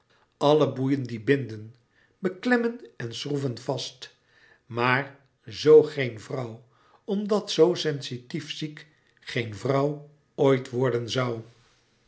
alle boeien die binden beklemmen en schroeven vast maar zoo geen vrouw omdat zoo sensitief ziek geen vrouw ooit worden zoû